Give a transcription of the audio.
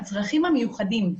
הצרכים המיוחדים.